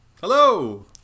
hello